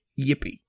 Yippee